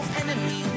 enemy